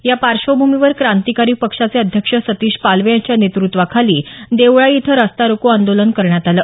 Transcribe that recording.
या पार्श्वभूमीवर क्रांतिकारी पक्षाचे अध्यक्ष सतीश पालवे यांच्या नेतृत्वाखाली देवराई इथं रास्ता रोको आंदोलन करण्यात आलं